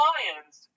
Lions